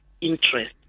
interest